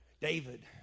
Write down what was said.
David